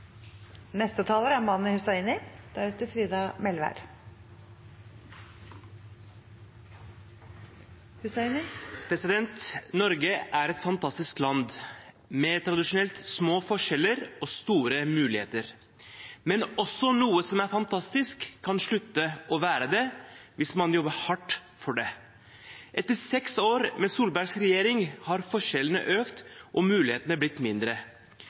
et fantastisk land med tradisjonelt små forskjeller og store muligheter. Men også noe som er fantastisk, kan slutte å være det hvis man jobber hardt for det. Etter seks år med Solbergs regjering har forskjellene økt og mulighetene blitt mindre.